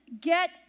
get